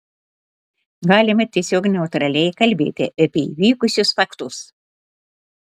galima tiesiog neutraliai kalbėti apie įvykusius faktus